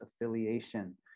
affiliation